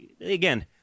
again